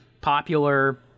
popular